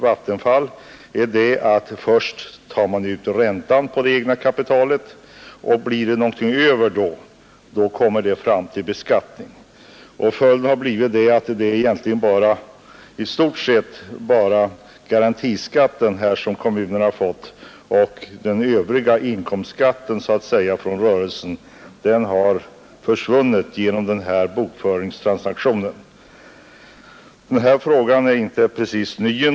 Vattenfall däremot tar först ut räntan på det egna kapitalet, och blir det sedan någonting över så beskattas det beloppet. Följden har blivit att kommunerna i stort sett bara har fått garantiskatten från Vattenfall. Överskottet på rörelsen har försvunnit vid den här bokföringstransaktionen. Frågan är inte precis ny.